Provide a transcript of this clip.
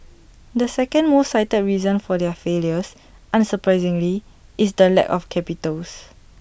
the second most cited reason for their failures unsurprisingly is the lack of capitals